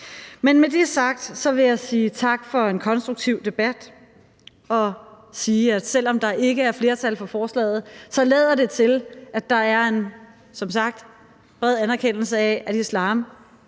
Men med det sagt vil jeg sige tak for en konstruktiv debat og sige, at det, selv om der ikke er flertal for forslaget, så som sagt lader til, at der er en bred anerkendelse af, at islam